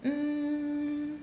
um